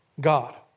God